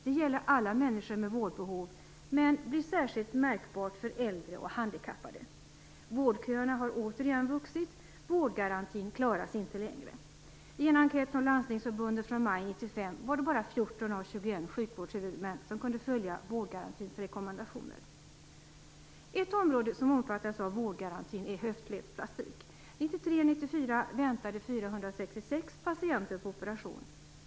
Det gäller alla människor med vårdbehov, men blir särskilt märkbart för äldre och handikappade. Vårdköerna har återigen vuxit, och vårdgarantin klaras inte längre. I en enkät från Landstingsförbundet från maj 1995 var det bara 14 av 21 sjukvårdshuvudmän som kunde följa vårdgarantins rekommendationer. Ett område som omfattas av vårdgarantin är höftledsplastik. 1993/94 väntade 466 patienter på operation.